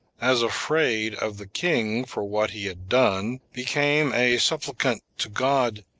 as afraid of the king for what he had done, became a supplicant to god,